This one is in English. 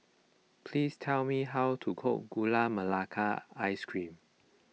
please tell me how to cook Gula Melaka Ice Cream